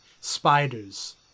spiders